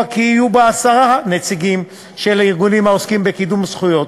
כי יהיו בה עשרה נציגים של ארגונים העוסקים בקידום זכויות.